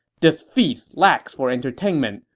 this feast lacks for entertainment.